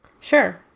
Sure